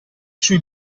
sui